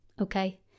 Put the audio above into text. okay